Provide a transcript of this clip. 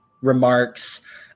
remarks